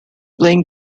playing